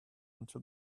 until